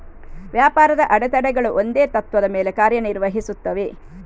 ವ್ಯಾಪಾರದ ಅಡೆತಡೆಗಳು ಒಂದೇ ತತ್ತ್ವದ ಮೇಲೆ ಕಾರ್ಯ ನಿರ್ವಹಿಸುತ್ತವೆ